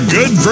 Good